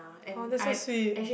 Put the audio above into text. !huh! that's so sweet